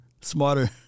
smarter